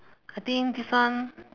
I think this one